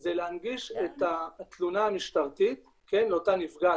זה להנגיש את התלונה המשטרתית לאותה נפגעת.